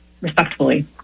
respectfully